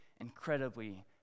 incredibly